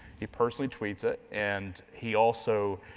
he personally tweets it, and he also,